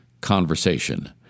conversation